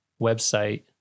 website